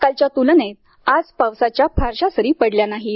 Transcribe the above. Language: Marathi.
कालच्या तुलनेत आज पावसाच्या फारशा सरी पडल्या नाहीत